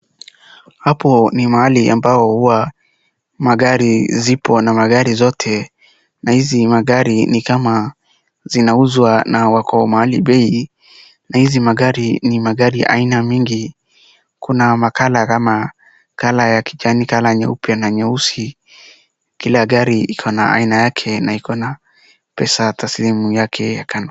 Hapo ni mahali ambao huwa magari zipo na magari zote na hizi magari ni kama zinauzwa na wako mahali bei na hizi magari ni magari aina mingi. Kuna ma colour kama colour ya kijani, colour nyeupe na nyeusi. Kila gari iko na aina yake na iko na pesa taslimu yake kando.